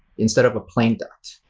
instead of a plain dot.